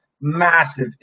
massive